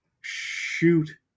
shoot